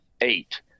eight